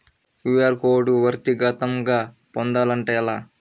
QR code వ్యక్తిగతంగా పొందాలంటే ఎలా?